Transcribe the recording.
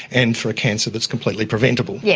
and for a cancer that's completely preventable. yeah